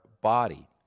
body